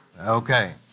Okay